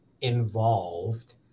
involved